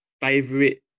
favorite